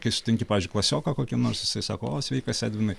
kai sutinki pavyzdžiui klasioką kokį nors jisai sako o sveikas edvinai